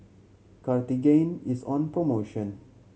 Cartigain is on promotion